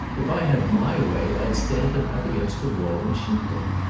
if i had my way i'd stand them up against a wall and shoot them.